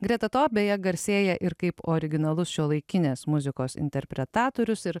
greta to beje garsėja ir kaip originalus šiuolaikinės muzikos interpretatorius ir